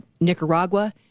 Nicaragua